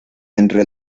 entre